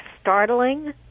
startling